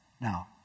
Now